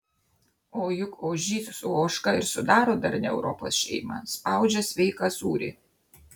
o juk ožys su ožka ir sudaro darnią europos šeimą spaudžia sveiką sūrį